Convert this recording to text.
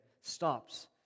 stops